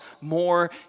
more